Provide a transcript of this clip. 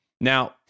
Now